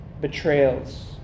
betrayals